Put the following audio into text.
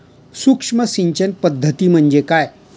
सूक्ष्म सिंचन पद्धती म्हणजे काय?